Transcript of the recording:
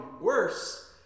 worse